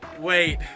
wait